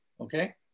okay